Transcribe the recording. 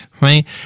right